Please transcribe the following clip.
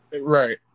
Right